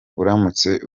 uramutse